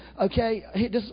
okay